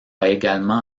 également